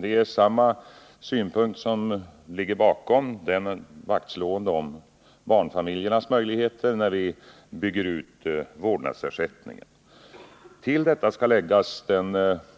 Det är samma synpunkt — vaktslående om barnfamiljernas möjligheter —som ligger bakom när vi bygger ut vårdnadsersättningen. Till detta skall läggas